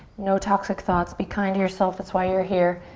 no toxic thoughts. be kind to yourself, that's why you're here.